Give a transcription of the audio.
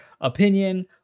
opinion